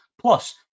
Plus